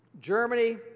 Germany